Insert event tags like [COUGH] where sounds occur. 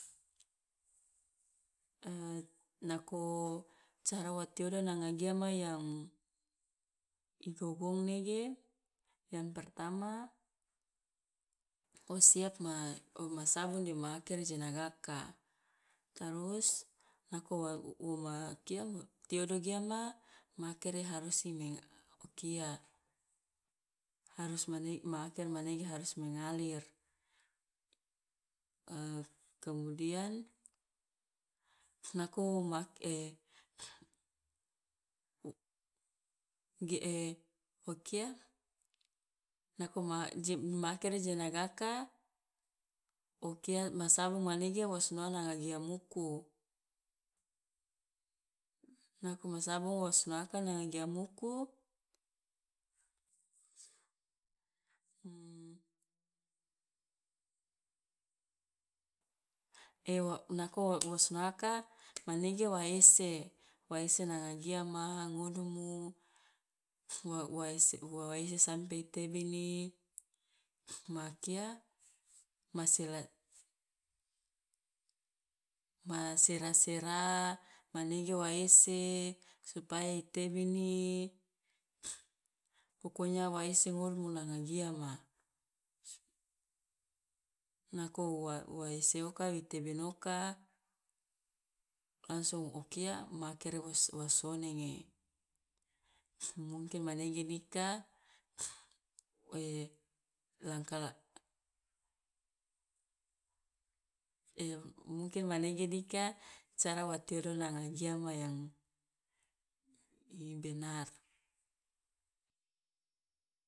[HESITATION] nako cara wa tiodo nanga giama yang i gogong nege yang pertama, o siap ma o ma sabun dema akere je nagaka, tarus nako wa wo ma kia tiodo giama ma akere harus i meng o kia harus mane ma akere manege harus mengalir, [HESITATION] kemudian nako ma ak [HESITATION] [NOISE] ge [HESITATION] o kia nako ma jem ma akere je nagaka o kia ma sabun manege wo sinoa nanga giamuku, nako ma sabun wo sinoaka nanga giamuku [HESITATION] wa nako [NOISE] wo sinoaka manege wa ese, wa ese nanga giama ngudumu, wa wa ese wa ese sampe i tebini, ma kia ma sela ma sera sera, manege wa ese supaya i tebini [NOISE] pokonya wa ese ngodumu nanga giama. Nako wa wa ese oka wi tebini oka, langsung o kia ma akere wos- wosi sonenge, mungkin manege dika [NOISE] [HESITATION] langkah la [HESITATION] mungkin manege dika cara wa tiodo nanga giama yang i benar.